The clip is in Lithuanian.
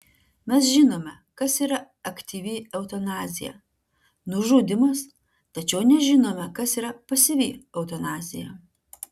mes žinome kas yra aktyvi eutanazija nužudymas tačiau nežinome kas yra pasyvi eutanazija